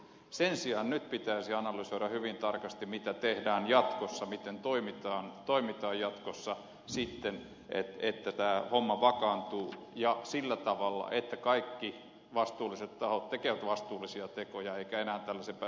sen sijaan nyt pitäisi analysoida hyvin tarkasti mitä tehdään jatkossa miten toimitaan jatkossa sitten että tämä homma vakaantuu ja sillä tavalla että kaikki vastuulliset tahot tekevät vastuullisia tekoja eikä enää tällaisia pääse tapahtumaan